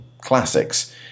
classics